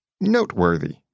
noteworthy